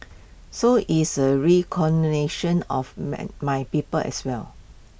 so it's A recognition of my people as well